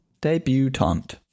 debutante